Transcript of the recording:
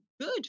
Good